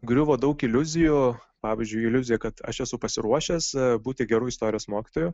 griuvo daug iliuzijų pavyzdžiui iliuzija kad aš esu pasiruošęs būti geru istorijos mokytoju